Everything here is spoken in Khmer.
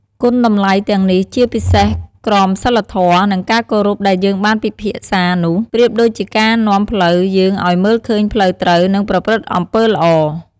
គុណតម្លៃទាំងនេះ ជាពិសេសក្រមសីលធម៌ និងការគោរពដែលយើងបានពិភាក្សានោះ ប្រៀបដូចជាការនាំផ្លូវយើងឲ្យមើលឃើញផ្លូវត្រូវ និងប្រព្រឹត្តអំពើល្អ។